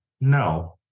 no